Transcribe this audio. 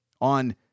on